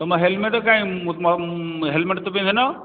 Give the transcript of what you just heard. ତୁମ ହେଲେମେଟ୍ କାଇଁ ହେଲେମେଟ୍ ତ ପିନ୍ଧିନ